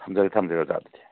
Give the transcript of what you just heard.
ꯊꯝꯖꯔꯦ ꯊꯝꯖꯔꯦ ꯑꯣꯖꯥ ꯑꯗꯨꯗꯨ